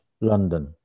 London